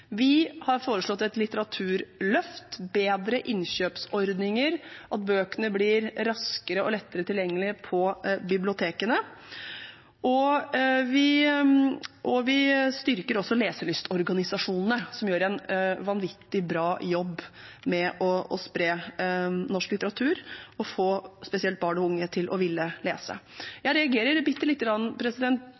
Vi har foreslått et litteraturløft, bedre innkjøpsordninger, at bøkene blir raskere og lettere tilgjengelig på bibliotekene, og vi styrker også leselystorganisasjonene, som gjør en vanvittig bra jobb med å spre norsk litteratur og få spesielt barn og unge til å ville lese. Jeg reagerer lite grann